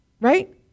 right